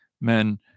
men